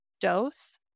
dose